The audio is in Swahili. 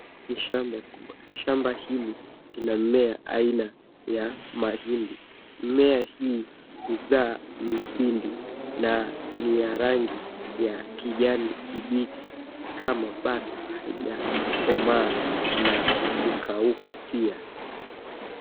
Ni shamba, shamba hili inammea aina ya mahindi. Mmea hii huzaa mihindi na ni ya rangi ya kijani kibichi kama bado haija komaa na kukauka pia.